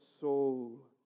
soul